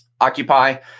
Occupy